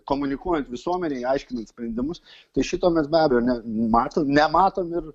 komunikuojant visuomenei aiškinant sprendimus tai šito mes be abejo nematom nematom ir